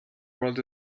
world